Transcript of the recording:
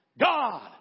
God